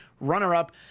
runner-up